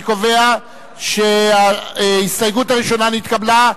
אני קובע שההסתייגות הראשונה נתקבלה.